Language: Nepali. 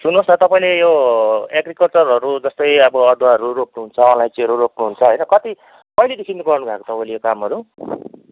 सुन्नुहोस् न तपाईँले यो एग्रिकल्चरहरू जस्तै अब अदुवाहरू रोप्नुहुन्छ अलैँचीहरू रोप्नुहुन्छ होइन कति कहिलेदेखि गर्नुभएको तपाईँले यो कामहरू